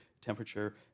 temperature